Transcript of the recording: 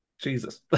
Jesus